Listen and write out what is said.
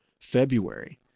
February